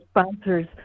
sponsors